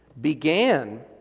began